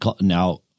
now